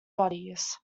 bodies